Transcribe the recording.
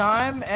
Time